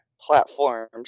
platforms